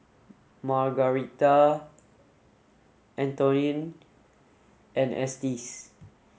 Margarita Antoine and Estes